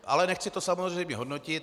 Ale nechci to samozřejmě hodnotit.